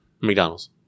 McDonald's